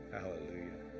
Hallelujah